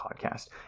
podcast